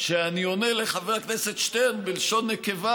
שאני עונה לחבר הכנסת שטרן בלשון נקבה,